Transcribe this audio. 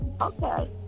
Okay